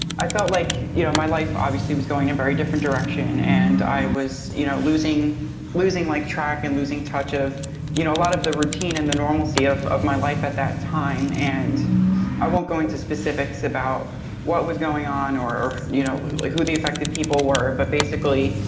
i felt like you know my life obviously was going in very different direction, and i was you know losing losing like track and losing touch of you know a lot of the routine and the normalcy of of my life at that time. and i won't go into specifics about what was going on or you know who the affected people were, but basically,